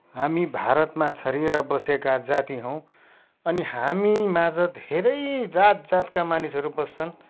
हामी भारतमा छरिएर बसेका जाति हौँ अनि हामी माझ धेरै जात जातका मानिसहरू बस्छन्